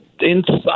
Inside